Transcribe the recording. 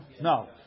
No